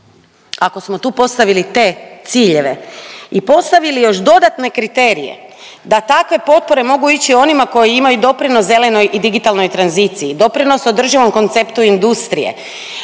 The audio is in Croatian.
ako smo tu postavili te ciljeve i postavili još dodatne kriterije da takve potpore mogu ići onima koji imaju doprinos zelenoj i digitalnoj tranziciji, doprinos održivom konceptu industrije,